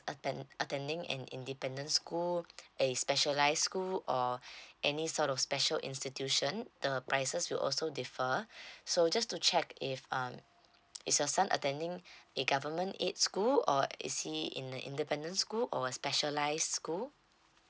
attend attending in independent school a specialize school or any sort of special institution the prices will also differ so just to check if um is your son attending a government aid school or is he in the independent school or a specialized school